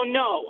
no